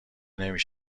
نمی